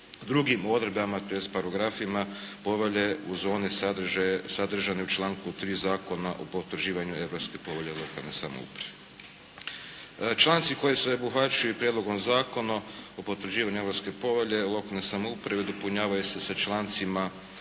i drugim odredbama, tj. paragrafima povelje uz one sadržaje sadržane u članku 3. Zakona o potvrđivanju Europske povelje o lokalnoj samoupravi. Članci koji se obuhvaćaju i Prijedlogom zakona o potvrđivanju Europske povelje o lokalnoj samoupravi dopunjavaju se sa člancima